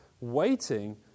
waiting